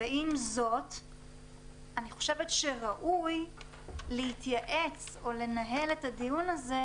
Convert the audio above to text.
ועם זאת אני חושבת שראוי להתייעץ או לנהל את הדיון הזה,